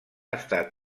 estat